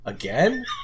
Again